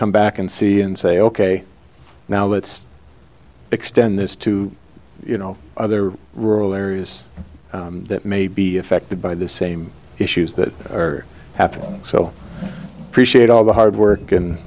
come back and see and say ok now let's extend this to you know other rural areas that may be affected by the same issues that are happening so appreciate all the hard work and